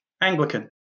Anglican